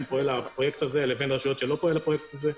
פעול הפרויקט הזה לבין רשויות שבהן לא פועל הפרויקט הזה.